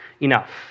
enough